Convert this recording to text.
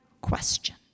question